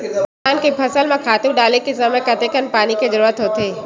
धान के फसल म खातु डाले के समय कतेकन पानी के जरूरत होथे?